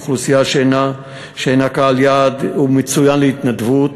אוכלוסייה שהנה קהל יעד מצוין להתנדבות,